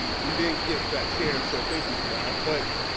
we didn't get that chance so thank you for that but,